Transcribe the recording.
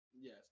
yes